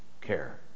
care